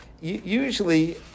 usually